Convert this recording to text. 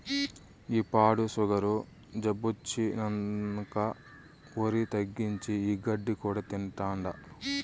ఈ పాడు సుగరు జబ్బొచ్చినంకా ఒరి తగ్గించి, ఈ గడ్డి కూడా తింటాండా